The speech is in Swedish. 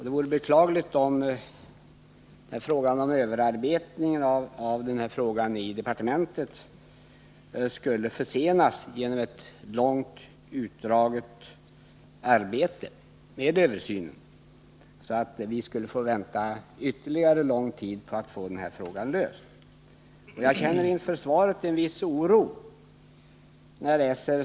; Det vore beklagligt om den överarbetning av förslaget som pågår i departementet skulle försenas genom en långt utdragen översyn, så att vi får vänta ytterligare på att få den här frågan löst. Jag känner en viss oro med anledning av det svar jag har fått.